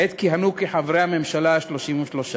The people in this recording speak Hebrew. עת כיהנו כחברי הממשלה ה-33,